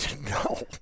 No